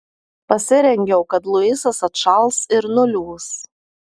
pasirengiau kad luisas atšals ir nuliūs